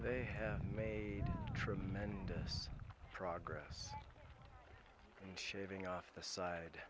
they have made tremendous progress and shaving off the side